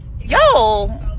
Yo